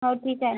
हो ठीक आहे